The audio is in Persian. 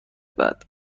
بعد